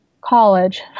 College